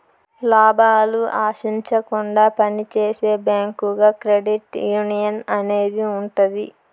లాభాలు ఆశించకుండా పని చేసే బ్యాంకుగా క్రెడిట్ యునియన్ అనేది ఉంటది